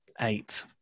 eight